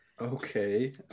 Okay